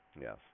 Yes